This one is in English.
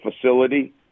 facility